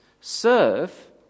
Serve